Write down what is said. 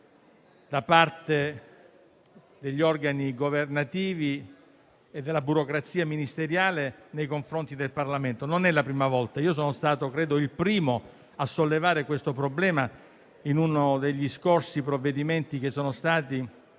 da parte degli organi governativi e della burocrazia ministeriale nei confronti del Parlamento. Non è la prima volta. Credo di essere stato il primo a sollevare questo problema in uno dei provvedimenti approvati